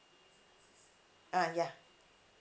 ah ya